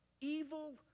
evil